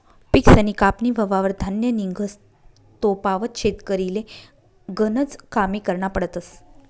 पिकसनी कापनी व्हवावर धान्य निंघस तोपावत शेतकरीले गनज कामे करना पडतस